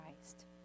Christ